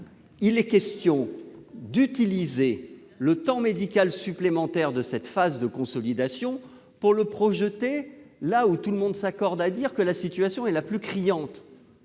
Il est question d'utiliser le temps médical supplémentaire de cette phase de consolidation pour le projeter là où tout le monde s'accorde à dire que le problème est le plus criant.